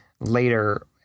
later